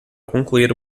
concluir